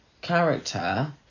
character